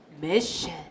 Mission